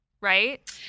right